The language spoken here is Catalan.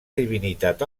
divinitat